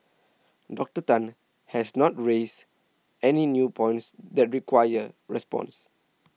Doctor Tan has not raised any new points that require response